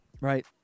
Right